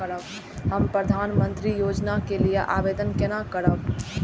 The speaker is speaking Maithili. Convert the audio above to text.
हम प्रधानमंत्री योजना के लिये आवेदन केना करब?